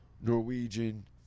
Norwegian